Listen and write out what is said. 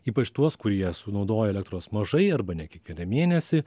ypač tuos kurie sunaudoja elektros mažai arba ne kiekvieną mėnesį